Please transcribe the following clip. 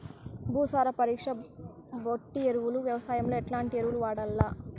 భూసార పరీక్ష బట్టి ఎరువులు వ్యవసాయంలో ఎట్లాంటి ఎరువులు వాడల్ల?